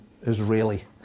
Israeli